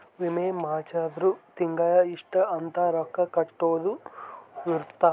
ವಿಮೆ ಮಾಡ್ಸಿದ್ರ ತಿಂಗಳ ಇಷ್ಟ ಅಂತ ರೊಕ್ಕ ಕಟ್ಟೊದ ಇರುತ್ತ